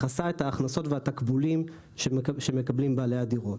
מכסה את ההכנסות והתקבולים שמקבלים בעלי הדירות.